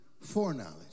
foreknowledge